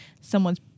someone's